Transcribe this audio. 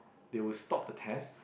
they will stop the test